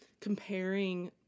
comparing